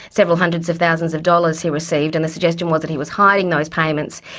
several hundreds of thousands of dollars he received, and the suggestion was that he was hiding those payments,